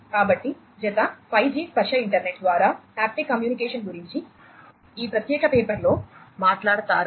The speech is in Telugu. కాబట్టి జత 5జి స్పర్శ ఇంటర్నెట్ ద్వారా హాప్టిక్ కమ్యూనికేషన్ గురించి ఈ ప్రత్యేక పేపర్లో మాట్లాడతారు